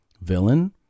villain